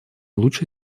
лучше